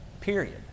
period